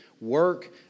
work